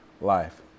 life